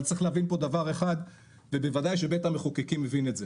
אבל צריך להבין פה דבר אחד ובוודאי שבית המחוקקים מבין את זה,